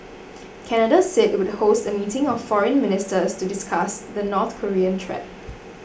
Canada said it would host a meeting of foreign ministers to discuss the North Korean threat